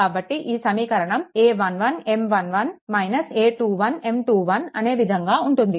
కాబట్టి ఈ సమీకరణం a11M11 - a21M21 అనే విధంగా ఉంటుంది